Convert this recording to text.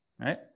right